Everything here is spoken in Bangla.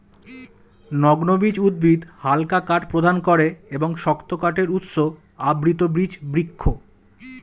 নগ্নবীজ উদ্ভিদ হালকা কাঠ প্রদান করে এবং শক্ত কাঠের উৎস আবৃতবীজ বৃক্ষ